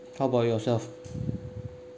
how about yourself